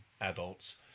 adults